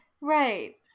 Right